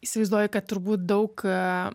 įsivaizduoju kad turbūt daug